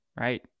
right